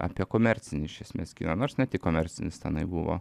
apie komercinį iš esmės kiną nors ne tik komercinis tenai buvo